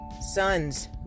sons